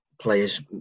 players